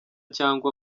cyangwa